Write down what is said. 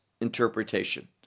interpretation